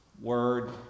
word